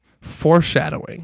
foreshadowing